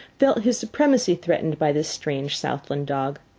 felt his supremacy threatened by this strange southland dog.